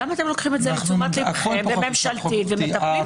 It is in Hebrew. למה אתם לא לוקחים את זה לתשומת לבכם בממשלתית ומטפלים בזה?